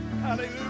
Hallelujah